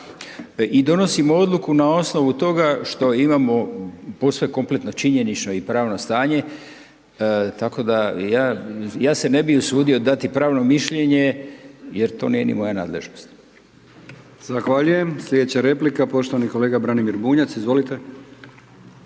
i donosimo odluku na osnovu toga što imamo posve kompletno činjenično i pravno stanje, tako da ja, ja se ne bi usudio dati pravno mišljenje jer to nije ni moja nadležnost. **Brkić, Milijan (HDZ)** Zahvaljujem. Slijedeća replika poštovani kolega Branimir Bunjac, izvolite.